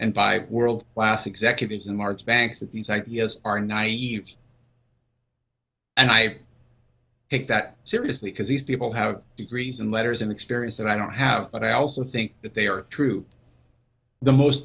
by world class executives and large banks that these ideas are naive and i take that seriously because these people have degrees and letters and experience that i don't have but i also think that they are true the most